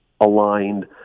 aligned